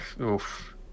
Oof